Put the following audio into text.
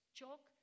chalk